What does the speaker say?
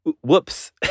whoops